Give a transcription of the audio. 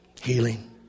healing